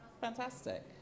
fantastic